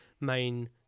main